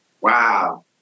Wow